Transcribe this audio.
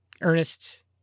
Ernest